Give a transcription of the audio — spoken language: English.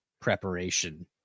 preparation